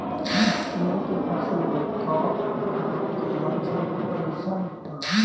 गेहूं के फसल में कवक रोग के लक्षण कइसन होला?